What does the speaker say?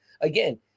again